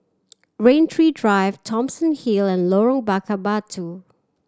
Rain Tree Drive Thomson Hill and Lorong Bakar Batu